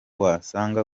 wasanga